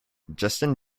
justin